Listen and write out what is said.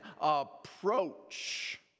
approach